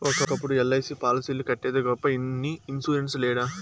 ఒకప్పుడు ఎల్.ఐ.సి పాలసీలు కట్టేదే గొప్ప ఇన్ని ఇన్సూరెన్స్ లేడ